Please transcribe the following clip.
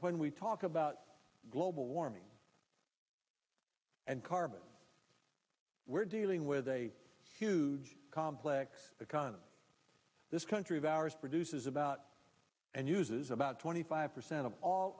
when we talk about global warming and carbon we're dealing with a huge complex because this country of ours produces about and uses about twenty five percent of all